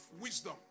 wisdom